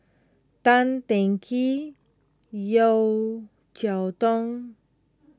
Tan Teng Kee Yeo Cheow Tong